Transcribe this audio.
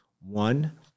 One